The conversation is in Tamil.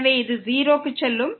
எனவே இது 0 க்கு செல்லும்